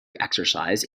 exercise